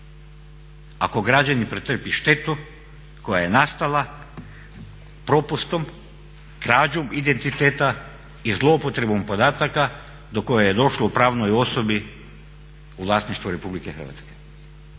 ako građanin pretrpi štetu koja je nastala propustom, krađom identiteta i zloupotrebom podataka do koje je došlo u pravnoj osobi u vlasništvu RH? Previše